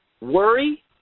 Worry